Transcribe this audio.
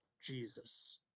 Jesus